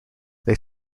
they